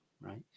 right